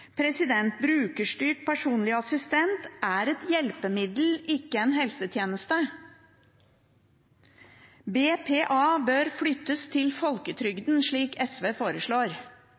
Brukerstyrt personlig assistent er et hjelpemiddel, ikke en helsetjeneste. BPA bør flyttes til folketrygden, slik SV foreslår